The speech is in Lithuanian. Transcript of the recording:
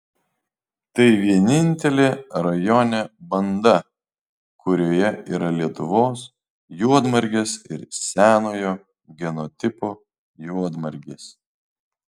tai vienintelė rajone banda kurioje yra lietuvos juodmargės ir senojo genotipo juodmargės